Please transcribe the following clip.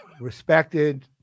respected